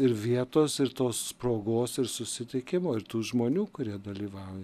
ir vietos ir tos progos ir susitikimo ir tų žmonių kurie dalyvauja